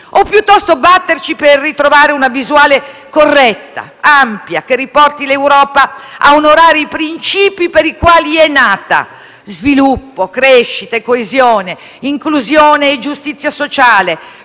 O piuttosto batterci per ritrovare una visuale corretta, ampia, che riporti l'Europa a onorare i princìpi per i quali è nata: sviluppo, crescita, coesione, inclusione e giustizia sociale,